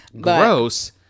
Gross